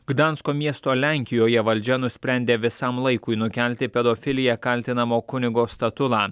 gdansko miesto lenkijoje valdžia nusprendė visam laikui nukelti pedofilija kaltinamo kunigo statulą